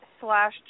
slash